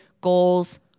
goals